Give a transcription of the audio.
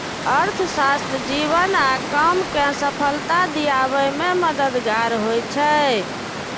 अर्थशास्त्र जीवन आ काम कें सफलता दियाबे मे मददगार होइ छै